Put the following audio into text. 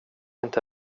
inte